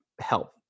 help